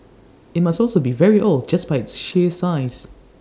IT must also be very old just by its sheer size